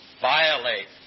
violate